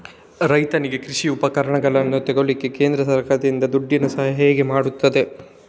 ರೈತನಿಗೆ ಕೃಷಿ ಉಪಕರಣಗಳನ್ನು ತೆಗೊಳ್ಳಿಕ್ಕೆ ಕೇಂದ್ರ ಸರ್ಕಾರ ದುಡ್ಡಿನ ಸಹಾಯ ಹೇಗೆ ಮಾಡ್ತದೆ?